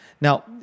Now